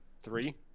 Three